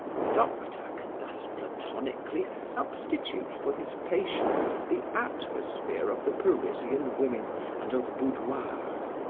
the doctor can thus platonically substitute for his patient the atmosphere of the parisian women and of boudoirs.